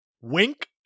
Wink